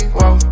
Whoa